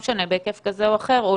בהיקף כזה או אחר,